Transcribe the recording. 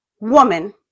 woman